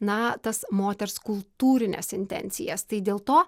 na tas moters kultūrines intencijas tai dėl to